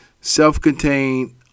Self-Contained